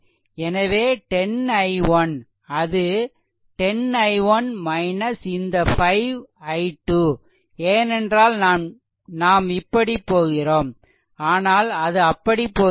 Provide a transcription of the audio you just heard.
எனவே 10 i1 அது 10 i1 - இந்த 5 i2 ஏனென்றால் நாம் இப்படி போகிறோம் ஆனால் அது அப்படி போகிறது